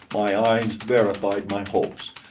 my eyes verified my hopes.